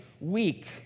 weak